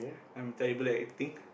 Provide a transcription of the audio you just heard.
I'm terrible at acting